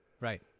Right